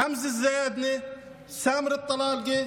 חמזה זיאדנה, סאמר אל-טלאלקה